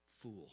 Fool